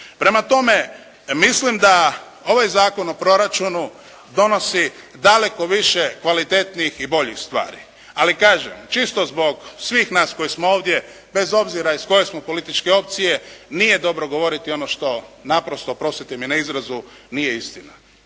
Prema tome, mislim da ovaj Zakon o proračunu donosi daleko više boljih i kvalitetnijih stvari. Ali kažem čisto zbog svih nas koji smo ovdje bez obzira iz koje smo političke opcije nije dobro govoriti ono što naprosto, oprostite mi na izrazu, nije istina.